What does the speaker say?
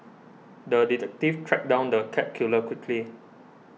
the detective tracked down the cat killer quickly